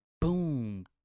Boom